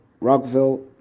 Rockville